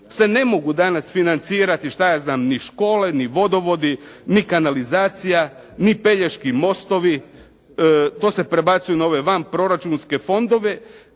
se ne mogu danas financirati, šta ja znam ni škole, ni vodovodi, ni kanalizacija, ni Pelješki mostovi, to se prebacuje na ove vanproračunske fondove